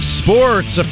sports